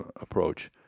approach